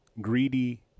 Greedy